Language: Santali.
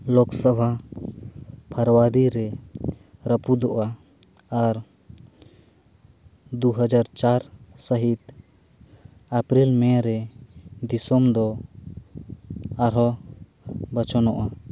ᱞᱳᱠᱥᱚᱵᱷᱟ ᱯᱷᱮᱵᱽᱨᱟᱨᱤ ᱨᱮ ᱨᱟᱹᱯᱩᱫᱚᱜᱼᱟ ᱟᱨ ᱫᱩ ᱦᱟᱡᱟᱨ ᱪᱟᱨ ᱥᱟᱹᱦᱤᱛ ᱮᱯᱨᱤᱞ ᱢᱮ ᱨᱮ ᱫᱤᱥᱚᱢ ᱫᱚ ᱟᱨᱦᱚᱸ ᱵᱟᱪᱷᱚᱱᱚᱜᱼᱟ